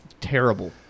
terrible